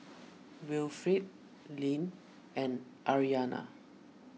Wilfrid Lynn and Ariana